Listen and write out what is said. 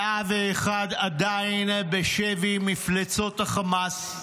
101 עדיין בשבי מפלצות החמאס,